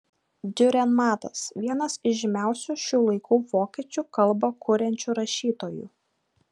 diurenmatas vienas iš žymiausių šių laikų vokiečių kalba kuriančių rašytojų